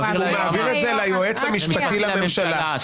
הוא מעביר ליועץ המשפטי לממשלה.